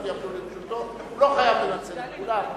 הוא לא חייב לנצל את כולן.